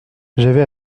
j’avais